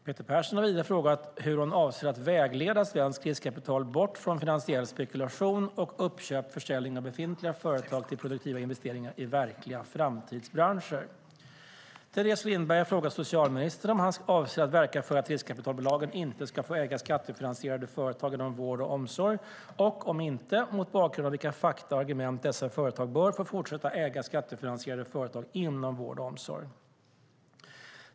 Peter Persson har vidare frågat hur hon avser att vägleda svenskt riskkapital bort från finansiell spekulation och uppköp eller försäljning av befintliga företag till produktiva investeringar i verkliga framtidsbranscher. Teres Lindberg har frågat socialministern om han avser att verka för att riskkapitalbolagen inte ska få äga skattefinansierade företag inom vård och omsorg och, om inte, mot bakgrund av vilka fakta och argument dessa företag bör få fortsätta äga skattefinansierade företag inom vård och omsorg.